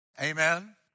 Amen